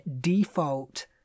default